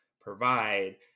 provide